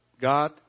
God